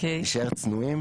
נישאר צנועים.